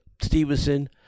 Stevenson